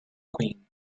queen